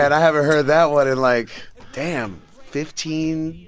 i haven't heard that one in like damn fifteen,